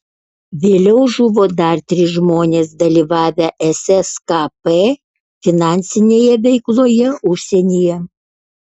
vėliau žuvo dar trys žmonės dalyvavę sskp finansinėje veikloje užsienyje